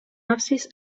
absis